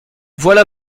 voilà